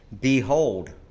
behold